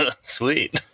sweet